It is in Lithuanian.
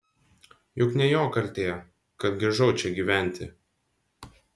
juk ne jo kaltė kad grįžau čia gyventi